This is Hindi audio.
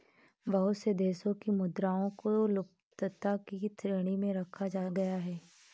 बहुत से देशों की मुद्राओं को लुप्तता की श्रेणी में रखा गया है